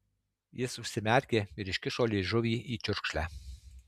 jis užsimerkė ir iškišo liežuvį į čiurkšlę